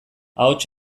ahots